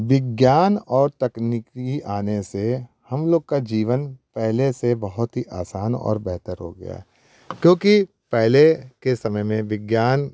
विज्ञान और तकनीकी आने से हम लोग का जीवन पहले से बहुत ही आसान और बेहतर हो गया क्योंकि पहले के समय में विज्ञान